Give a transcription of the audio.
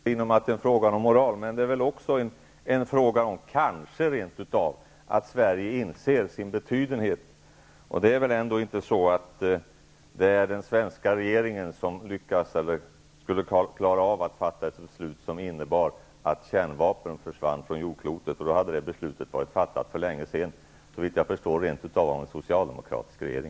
Herr talman! Jag håller med Maj Britt Theorin om att det är fråga om moral, men det är väl kanske också rent av en fråga om att Sverige inser sin betydenhet, och det är väl ändå inte så att den svenska regeringen skulle klara av att fatta ett beslut som innebar att kärnvapnen försvann från jordklotet. I så fall hade det beslutet varit fattat för länge sedan, såvitt jag förstår rent av av en socialdemokratisk regering.